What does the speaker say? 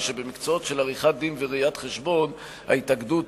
במקצועות של עריכת-דין וראיית-חשבון ההתאגדות